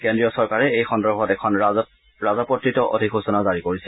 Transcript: কেন্দ্ৰীয় চৰকাৰে এই সন্দৰ্ভত এখন ৰাজপত্ৰিত অধিসূচনা জাৰি কৰিছে